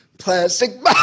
plastic